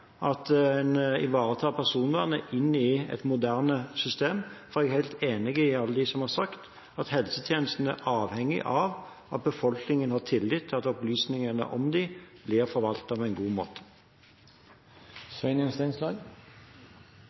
at en ivaretar personvernet inn i et moderne system, for jeg er helt enig med alle dem som har sagt at helsetjenesten er avhengig av at befolkningen har tillit til at opplysningene om dem blir forvaltet på en god